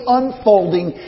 unfolding